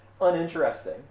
uninteresting